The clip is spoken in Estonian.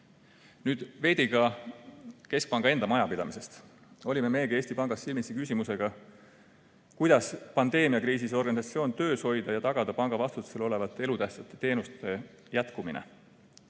Nüüd veidi ka keskpanga enda majapidamisest. Olime meiegi Eesti Pangas silmitsi küsimusega, kuidas pandeemiakriisis organisatsioon töös hoida ja tagada panga vastutusel olevate elutähtsate teenuste jätkumine.